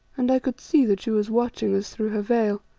and i could see that she was watching us through her veil.